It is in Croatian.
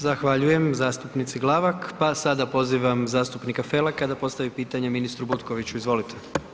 Zahvaljujem zastupnici Glavak Sada pozivam zastupnika Felaka da postavi pitanje ministru Butkoviću, izvolite.